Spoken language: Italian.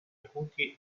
acuti